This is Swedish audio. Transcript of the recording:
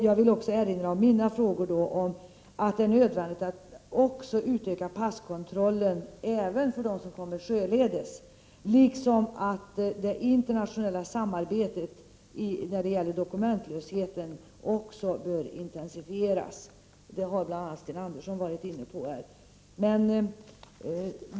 Jag vill också erinra om mina påpekanden om att det är nödvändigt att utöka passkontrollen, även för den som kommer sjöledes liksom att det internationella samarbetet när det gäller dokumentlösheten bör intensifieras. Bl.a. Sten Andersson i Malmö har varit inne på det.